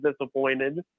disappointed